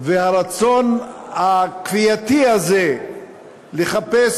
והרצון הכפייתי הזה לחפש